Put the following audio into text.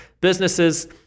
businesses